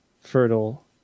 fertile